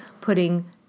putting